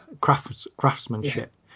craftsmanship